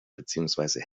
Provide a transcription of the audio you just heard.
beziehungsweise